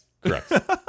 Correct